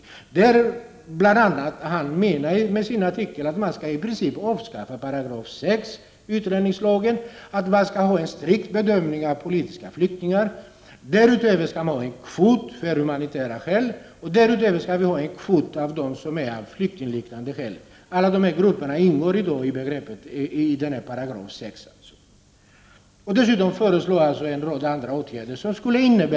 Han menar bl.a. att 6§ i utlänningslagen i princip skall avskaffas, att det skall göras en strikt bedömning av politiska flyktingar, att det därutöver skall finnas en kvot för dem som har humanitära skäl och en kvot för dem som har flyktingliknande skäl. Alla dessa grupper berörs i 6§. Dessutom föreslås en rad andra åtgärder.